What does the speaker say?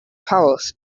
palace